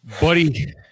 Buddy